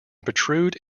protrude